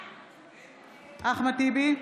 נגד אחמד טיבי,